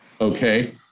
okay